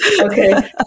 Okay